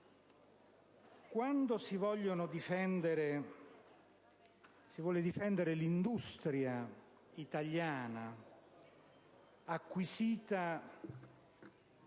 Quando si vuole difendere l'industria italiana acquisita